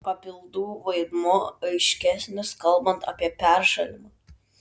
papildų vaidmuo aiškesnis kalbant apie peršalimą